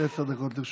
עשר דקות לרשותך.